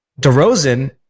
DeRozan